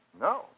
No